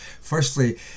Firstly